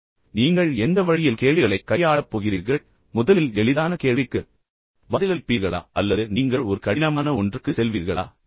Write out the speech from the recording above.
எனவே நீங்கள் எந்த வழியில் கேள்விகளைக் கையாளப் போகிறீர்கள் முதலில் எளிதான கேள்விக்கு பதிலளிப்பீர்களா அல்லது நீங்கள் ஒரு கடினமான ஒன்றுக்கு செல்வீர்களா